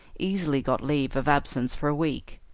easily got leave of absence for a week.